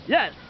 Yes